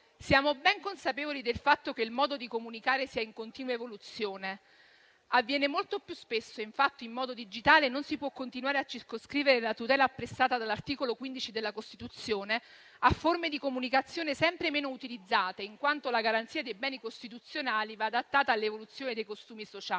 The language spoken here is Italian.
Siamo ben consapevoli del fatto che il modo di comunicare sia in continua evoluzione. Avviene molto più spesso, infatti, in modo digitale e non si può continuare a circoscrivere la tutela apprestata dall'articolo 15 della Costituzione a forme di comunicazione sempre meno utilizzate, in quanto la garanzia dei beni costituzionali va adattata all'evoluzione dei costumi sociali.